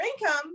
income